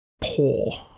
poor